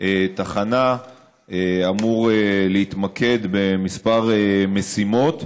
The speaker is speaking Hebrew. תחנה אמור להתמקד בכמה משימות,